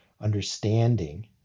understanding